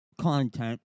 content